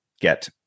get